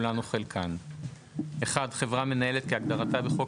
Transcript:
כולן או חלקן: (1) חברה מנהלת כהגדרתה בחוק